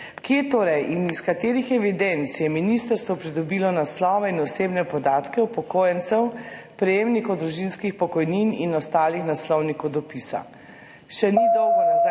Kje torej in iz katerih evidenc je ministrstvo pridobilo naslove in osebne podatke upokojencev, prejemnikov družinskih pokojnin, in ostalih naslovnikov dopisa? Še ni dolgo nazaj